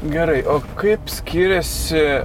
gerai o kaip skiriasi